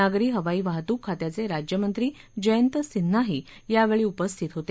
नागरी हवाई वाहतूक खात्याचे राज्यमंत्री जयंत सिन्हाही यावेळी उपस्थित होते